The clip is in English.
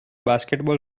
basketball